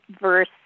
verse